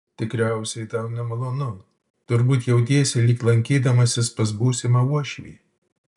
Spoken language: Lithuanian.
tikriausiai tau nemalonu turbūt jautiesi lyg lankydamasis pas būsimą uošvį